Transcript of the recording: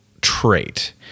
trait